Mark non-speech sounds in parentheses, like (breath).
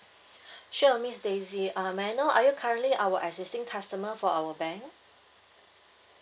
(breath) sure miss daisy uh may I know are you currently our existing customer for our bank